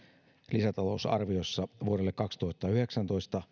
lisätalousarviossa vuodelle kaksituhattayhdeksäntoista